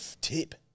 tip